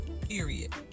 period